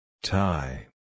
Tie